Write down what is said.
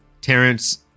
Terrence